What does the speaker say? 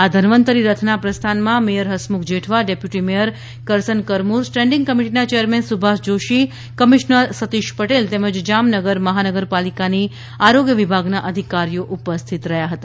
આ ધન્વંતરી રથના પ્રસ્થાનમાં mayor Hasmukh Jethwa deputy mayor Karsan Karmur standing કમિટીના ચેરમેન સુભાષ જોશી કમિશ્નર સતિશ પટેલ તેમજ જામનગર મહાનગર પાલિકાની આરોગ્ય વિભાગના અધિકારીઓ ઉપસ્થિત રહ્યા હતા